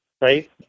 right